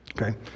Okay